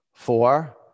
Four